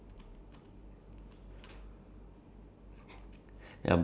all those like exotic like uh animals like that